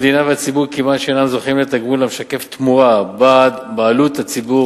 המדינה והציבור כמעט שאינם זוכים לתגמול המשקף תמורה בעד בעלות הציבור